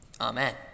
Amen